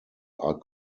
are